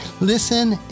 listen